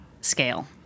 scale